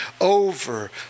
over